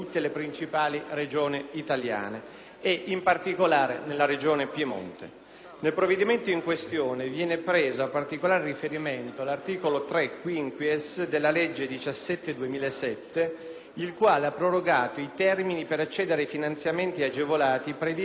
Nel provvedimento in questione viene preso a particolare riferimento l'articolo 3-*quinquies* della legge n. 17 del 2007, il quale ha prorogato i termini per accedere ai finanziamenti agevolati previsti dall'articolo 4-*quinquies* della legge n. 228 del 1997